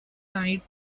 night